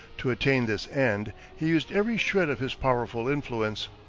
to attain this end he used every shred of his powerful influence.